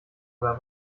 oder